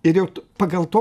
ir jau pagal to